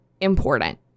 important